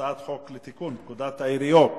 הצעת חוק לתיקון פקודת העיריות (מס'